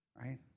right